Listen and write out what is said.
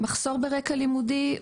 מחסור ברקע לימודי,